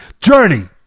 journey